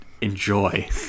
enjoy